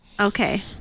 Okay